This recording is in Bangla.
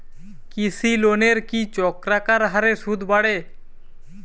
কৃষি লোনের কি চক্রাকার হারে সুদ বাড়ে?